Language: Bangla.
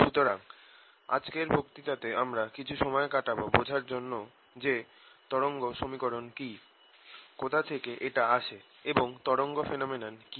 সুতরাং আজকের বক্তৃতাতে আমরা কিছু সময় কাটাবো বোঝার জন্য যে তরঙ্গ সমীকরণ কি কোথা থেকে এটা আসে এবং তরঙ্গ ফেনোমেনন কি